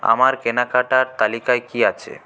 আমার কেনাকাটার তালিকায় কি আছে